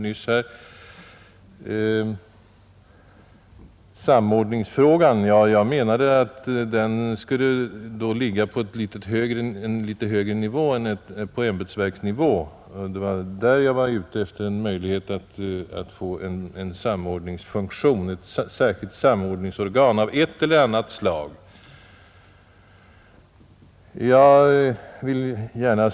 Vad samordningsfrågan beträffar menade jag att den skulle ligga på en något högre nivå än ämbetsverksnivå. Det var här jag ville ha till stånd ett särskilt samordningsorgan av ett eller annat slag.